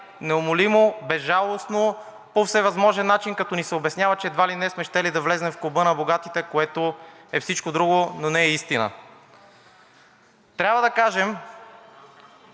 неумолимо, безжалостно, по всевъзможен начин, като ни се обяснява, че едва ли не щели сме да влезем в Клуба на богатите, което е всичко друго, но не и истина. Трябва да кажем,